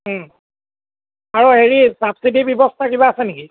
আৰু হেৰি চাবছিডিৰ ব্যৱস্থা কিবা আছে নেকি